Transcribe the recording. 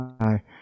Hi